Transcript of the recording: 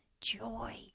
joy